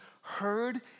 heard